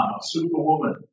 superwoman